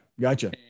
Gotcha